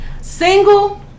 Single